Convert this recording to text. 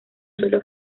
suelo